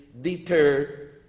deter